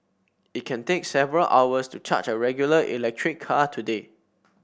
it can take several hours to charge a regular electric car today